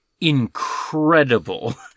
incredible